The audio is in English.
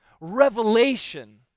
revelation